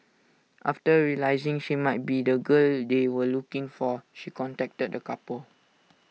after realising she might be the girl they were looking for she contacted the couple